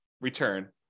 return